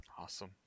Awesome